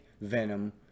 venom